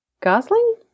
Gosling